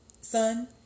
son